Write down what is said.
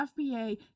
FBA